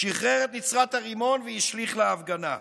שחרר את נצרת הרימון והשליך להפגנה.